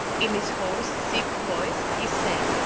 in his hoarse, sick voice, he said,